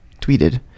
tweeted